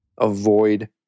avoid